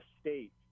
state